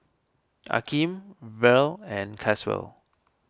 Akeem Verl and Caswell